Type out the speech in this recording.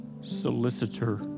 solicitor